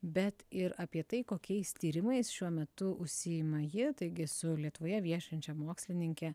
bet ir apie tai kokiais tyrimais šiuo metu užsiima ji taigi su lietuvoje viešinčia mokslininke